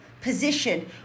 position